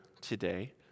today